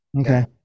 okay